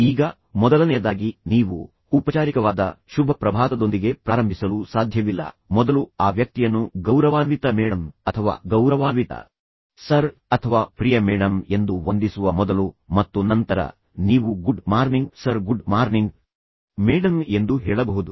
ಈಗ ಮೊದಲನೆಯದಾಗಿ ನೀವು ಔಪಚಾರಿಕವಾದ ಶುಭ ಪ್ರಭಾತದೊಂದಿಗೆ ಪ್ರಾರಂಭಿಸಲು ಸಾಧ್ಯವಿಲ್ಲ ಮೊದಲು ಆ ವ್ಯಕ್ತಿಯನ್ನು ಗೌರವಾನ್ವಿತ ಮೇಡಂ ಅಥವಾ ಗೌರವಾನ್ವಿತ ಸರ್ ಅಥವಾ ಪ್ರಿಯ ಮೇಡಂ ಎಂದು ವಂದಿಸುವ ಮೊದಲು ಮತ್ತು ನಂತರ ನೀವು good morning sir good morning madam ಎಂದು ಹೇಳಬಹುದು